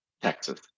Texas